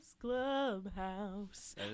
Clubhouse